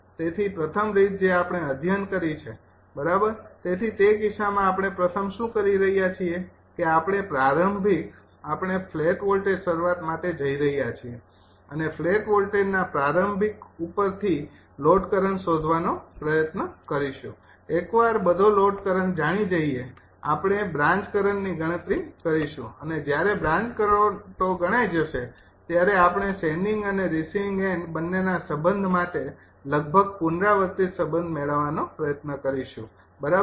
તેથી પ્રથમ રીત જે આપણે અધ્યયન કરી છે બરાબર તેથી તે કિસ્સામાં આપણે પ્રથમ શું કરી રહ્યા છીએ કે આપણે પ્રારંભિક આપણે ફ્લેટ વોલ્ટેજ શરૂઆત માટે જઇ રહ્યા છીએ અને ફ્લેટ વોલ્ટેજના પ્રારંભિક ઉપર થી લોડ કરંટ શોધવાનો પ્રયત્ન કરીશું એકવાર બધો લોડ કરંટ જાણી લઈએ આપણે બ્રાન્ચ કરંટની ગણતરી કરીશું અને જ્યારે બ્રાન્ચ કરંટો ગણાય જશે આપણે સેંડિંગ અને રિસીવિંગ એન્ડ બંને ના સંબંધ માટે લગભગ પુનરાવર્તિત સંબંધ મેળવાનો પ્રયત્ન કરીશું બરાબર